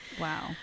Wow